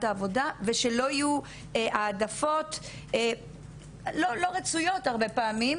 העבודה ושלא יהיו העדפות לא רצויות הרבה פעמים,